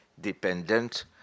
dependent